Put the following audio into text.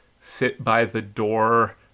sit-by-the-door